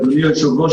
אדוני היושב-ראש,